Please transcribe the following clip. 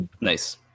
nice